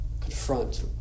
confront